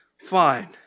fine